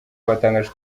batangaje